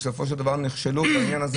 בסופו של דבר נכשלו בעניין הזה.